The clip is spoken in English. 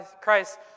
Christ